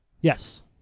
Yes